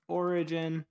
origin